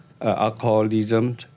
alcoholism